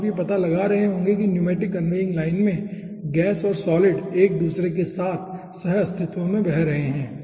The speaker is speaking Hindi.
तो आप यह पता लगा रहे होंगे कि न्यूमेटिक कन्वेयिंग लाइन में गैस और सॉलिड एक दूसरे के साथ सहअस्तित्व में बह रहे हैं